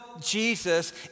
Jesus